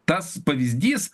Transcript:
tas pavyzdys